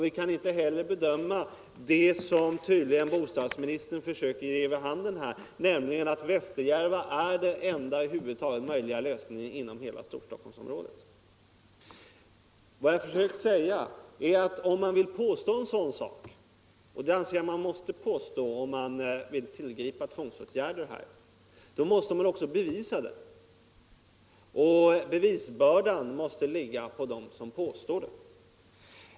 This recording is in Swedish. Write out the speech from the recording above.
Vi kan inte heller bedöma det som bostadsministern här tydligen försöker ge vid handen, nämligen att Västerjärva är den enda över huvud taget möjliga lösningen inom hela Storstockholmsområdet. Jag har försökt säga att om man vill påstå en sådan sak — och det anser jag att man måste påstå om man här vill tillgripa tvångsåtgärder — då måste man också bevisa det. Och bevisbördan måste ligga hos dem som påstår det.